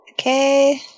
okay